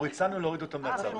אנחנו הצענו להוריד אותו מהצו.